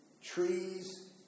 Trees